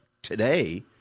Today